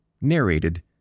narrated